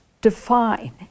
define